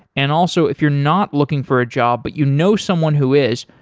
and also if you're not looking for a job but you know someone who is,